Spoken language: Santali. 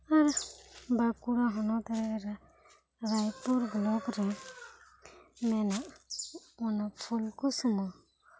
ᱟᱨ ᱵᱟᱹᱠᱩᱲᱟ ᱦᱚᱱᱚᱛ ᱨᱮ ᱨᱟᱭᱯᱩᱨ ᱵᱞᱚᱠ ᱨᱮ ᱢᱮᱱᱟᱜ ᱚᱱᱟ ᱯᱷᱩᱞᱠᱩᱥᱢᱟᱹ